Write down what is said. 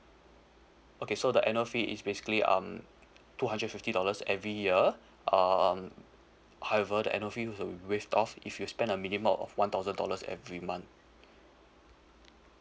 okay so the annual fee is basically um two hundred fifty dollars every year um however the annual fee will waive off if you spend a minimum of one thousand dollars every month